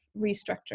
restructuring